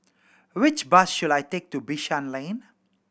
which bus should I take to Bishan Lane